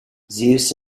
zeus